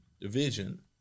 division